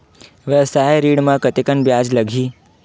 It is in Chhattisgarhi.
व्यवसाय ऋण म कतेकन ब्याज लगही?